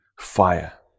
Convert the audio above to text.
fire